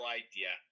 idea